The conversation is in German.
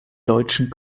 deutschen